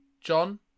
John